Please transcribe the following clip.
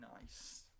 nice